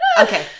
okay